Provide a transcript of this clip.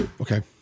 Okay